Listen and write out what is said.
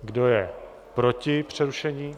Kdo je proti přerušení?